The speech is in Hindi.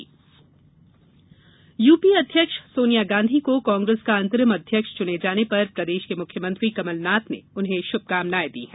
कांग्रेस अध्यक्ष यूपीए अध्यक्ष सोनिया गांधी को कांग्रेस का अंतरिम अध्यक्ष च्ने जाने पर प्रदेश के मुख्यमंत्री कमलनाथ ने श्भकामनाएं दी हैं